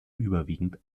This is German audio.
überwiegend